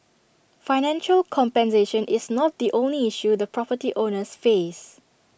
financial compensation is not the only issue the property owners face